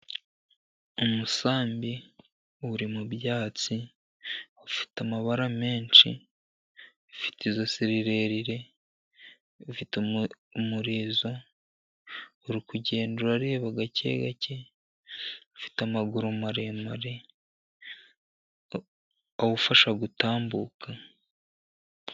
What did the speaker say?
Umusambi uri mu byatsi, ufite amabara menshi, ufite ijosi rirerire, ufite umurizo. Urikugenda ureba gake gake, ufite amaguru maremare awufasha gutambuka.